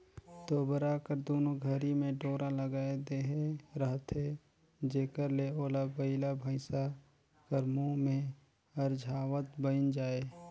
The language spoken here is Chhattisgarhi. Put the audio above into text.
तोबरा कर दुनो घरी मे डोरा लगाए देहे रहथे जेकर ले ओला बइला भइसा कर मुंह मे अरझावत बइन जाए